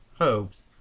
hopes